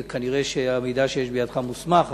וכנראה המידע שיש בידך מוסמך,